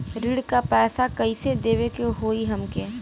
ऋण का पैसा कइसे देवे के होई हमके?